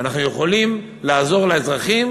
אנחנו יכולים לעזור לאזרחים